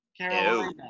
Carolina